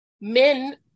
men